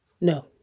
No